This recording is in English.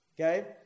okay